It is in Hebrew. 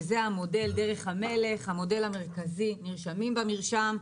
המודל זה שנרשמים במרשם,